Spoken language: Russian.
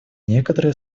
некоторые